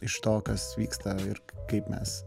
iš to kas vyksta ir kaip mes